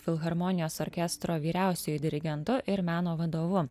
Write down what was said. filharmonijos orkestro vyriausiuoju dirigentu ir meno vadovu